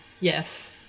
Yes